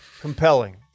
Compelling